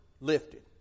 lifted